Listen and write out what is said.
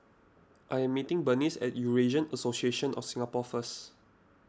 I am meeting Berenice at Eurasian Association of Singapore first